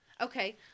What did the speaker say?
Okay